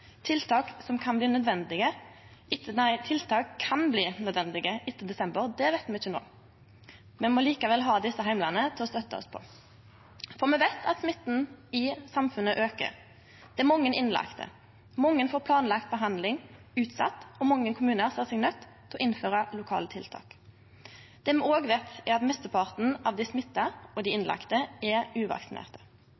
Tiltak kan bli nødvendige etter desember, men det veit me ikkje no. Me må likevel ha desse heimlane til å støtte oss på, for me veit at smitten i samfunnet aukar. Det er mange innlagde, mange får planlagd behandling utsett, og mange kommunar ser seg nøydde til å innføre lokale tiltak. Det me òg veit, er at mesteparten av dei smitta og innlagde, er uvaksinerte. Løysinga burde ikkje vere å setje i verk nasjonale tiltak og tvinge dei